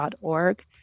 .org